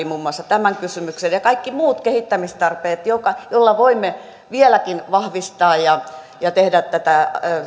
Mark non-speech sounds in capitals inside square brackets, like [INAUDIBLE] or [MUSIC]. [UNINTELLIGIBLE] muun muassa tämän kysymyksen ja kaikki muut kehittämistarpeet joilla voimme vieläkin vahvistaa ja ja tehdä tätä